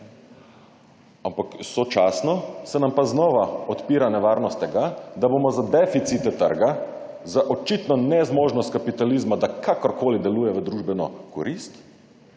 ampak sočasno se nam pa znova odpira nevarnost tega, da bomo za deficite trga, za očitno nezmožnost kapitalizma, da kakorkoli deluje v družbeno korist,